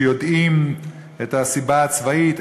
שיודעים את הסיבה הצבאית,